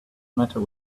matter